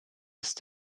ist